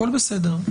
הכול בסדר,